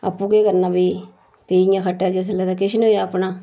आपूं केह् करना फ्ही पेई गेइयां खट्टै पर जिसलै तां किश नी होएआ अपना